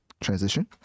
transition